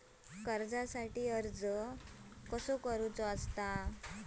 कर्जासाठी अर्ज कसो करायचो?